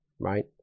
right